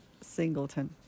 Singleton